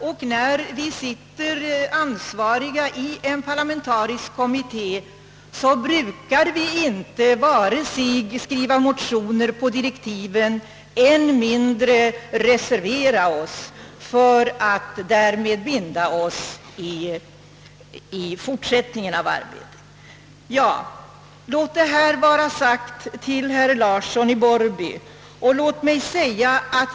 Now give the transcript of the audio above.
Vi som sitter ansvariga i en parlamentarisk kommitté brukar inte vare sig skriva motioner på direktiven än mindre reservera oss för att inte därmed binda oss i fortsättningen av arbetet. Låt detta vara sagt till herr Larsson i Borrby.